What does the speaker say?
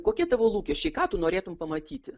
kokie tavo lūkesčiai ką tu norėtum pamatyti